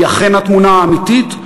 היא אכן התמונה האמיתית,